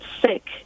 sick